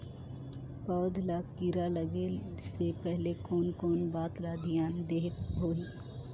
पौध ला कीरा लगे से पहले कोन कोन बात ला धियान देहेक होही?